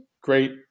great